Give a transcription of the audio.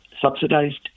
subsidized